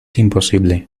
imposible